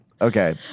okay